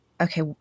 Okay